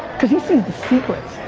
cause he sees the secrets.